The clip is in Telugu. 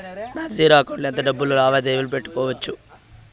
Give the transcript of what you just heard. నా జీరో అకౌంట్ లో ఎంత డబ్బులు లావాదేవీలు పెట్టుకోవచ్చు?